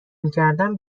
میکردم